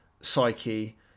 psyche